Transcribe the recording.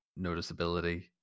noticeability